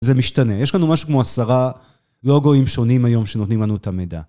זה משתנה, יש לנו משהו כמו עשרה לוגויים שונים היום שנותנים לנו את המידע.